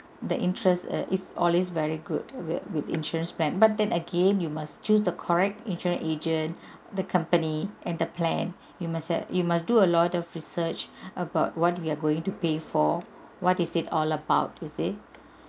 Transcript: the interest err is always very good with with insurance plan but then again you must choose the correct insurance agent the company and the plan you must have you must do a lot of research about what we are going to pay for what is it all about you see